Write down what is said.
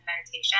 meditation